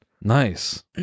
Nice